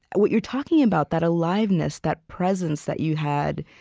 what you're talking about, that aliveness, that presence that you had,